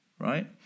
right